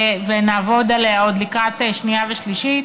ונעבוד עליה עוד לקראת שנייה ושלישית,